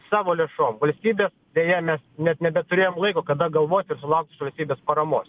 savo lėšom valstybės deja mes net nebeturėjom laiko kada galvot ir sulaukt iš valstybės paramos